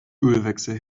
ölwechsel